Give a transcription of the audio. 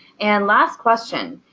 and last question,